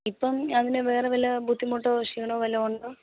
ഇപ്പം അതിന് വേറെ വല്ല ബുദ്ധിമുട്ടോ ക്ഷീണമോ വല്ലതും ഉണ്ടോ